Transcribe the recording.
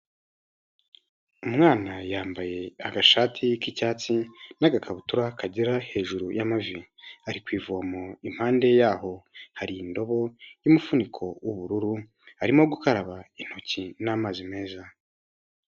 Umwana yambaye agashati k'icyatsi n'agakabutura kagera hejuru y'amavi. Ari ku ivomo, impande yaho hari indobo n'umufuniko w'ubururu, arimo gukaraba intoki n'amazi meza.